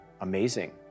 amazing